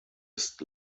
ist